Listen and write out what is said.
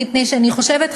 מפני שאני חושבת,